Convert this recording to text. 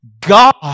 God